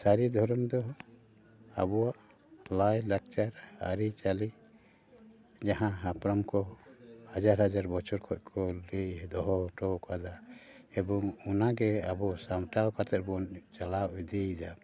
ᱥᱟᱹᱨᱤ ᱫᱷᱚᱨᱚᱢ ᱫᱚ ᱟᱵᱚᱣᱟᱜ ᱞᱟᱭ ᱞᱟᱠᱪᱟᱨ ᱟᱹᱨᱤᱪᱟᱹᱞᱤ ᱡᱟᱦᱟᱸ ᱦᱟᱯᱲᱟᱢ ᱠᱚ ᱦᱟᱡᱟᱨ ᱦᱟᱡᱟᱨ ᱵᱚᱪᱷᱚᱨ ᱠᱷᱚᱱ ᱠᱚ ᱞᱟᱹᱭ ᱫᱚᱦᱚ ᱦᱚᱴᱚᱣ ᱟᱠᱟᱫᱟ ᱮᱵᱚᱝ ᱚᱱᱟ ᱜᱮ ᱟᱵᱚ ᱥᱟᱢᱴᱟᱣ ᱠᱟᱛᱮᱫ ᱵᱚᱱ ᱪᱟᱞᱟᱣ ᱤᱫᱤᱭᱮᱫᱟ